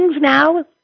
now